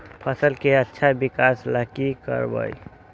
फसल के अच्छा विकास ला की करवाई?